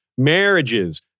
Marriages